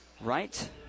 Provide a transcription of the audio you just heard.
right